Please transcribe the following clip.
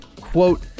quote